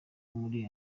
muri